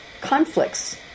conflicts